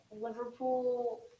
Liverpool